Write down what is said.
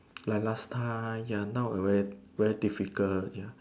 like last time ya now already very difficult ya